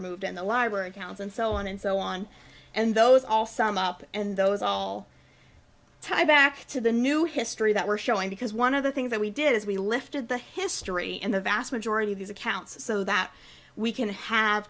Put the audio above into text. were moved in the library accounts and so on and so on and those all sum up and those all tied back to the new history that we're showing because one of the things that we did is we lifted the history and the vast majority of these accounts so that we can have